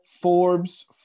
Forbes